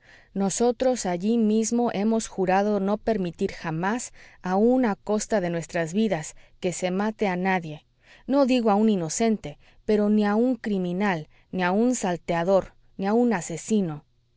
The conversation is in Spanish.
nosotros allí mismo hemos jurado no permitir jamás aun a costa de nuestras vidas que se mate a nadie no digo a un inocente pero ni a un criminal ni a un salteador ni a un asesino